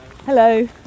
Hello